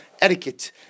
etiquette